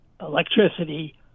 electricity